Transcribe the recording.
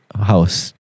house